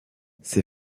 ses